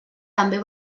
també